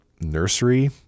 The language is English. nursery